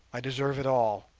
i deserve it all.